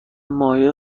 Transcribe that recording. ماهی